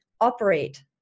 operate